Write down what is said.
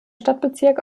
stadtbezirk